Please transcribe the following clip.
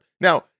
Now